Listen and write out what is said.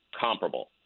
comparable